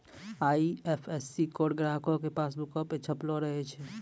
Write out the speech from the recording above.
IFSC code ग्राहको के पासबुको पे छपलो रहै छै